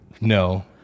No